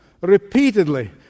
repeatedly